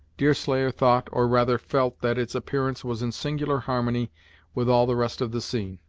deerslayer thought, or rather felt that its appearance was in singular harmony with all the rest of the scene.